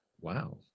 Wow